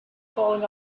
falling